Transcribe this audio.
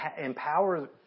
empower